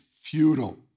futile